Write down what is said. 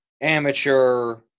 amateur